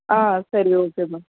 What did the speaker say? ஆ சரி okay ma'am